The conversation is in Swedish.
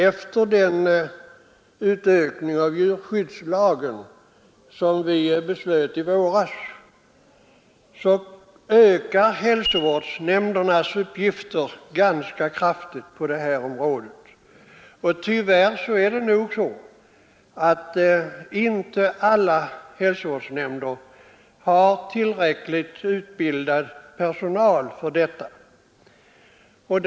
Efter den utvidgning av djurskyddslagen som vi fattade beslut om i våras ökar nämligen hälsovårdsnämndernas uppgifter ganska kraftigt på detta område. Tyvärr har nog inte alla hälsovårdsnämnder tillräckligt utbildad personal för detta arbete.